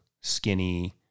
skinny